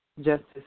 justice